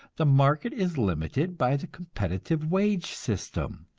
the market is limited by the competitive wage system.